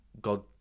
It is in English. God